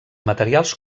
materials